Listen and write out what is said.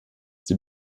sie